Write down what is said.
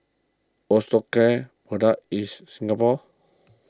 Osteocare product is Singapore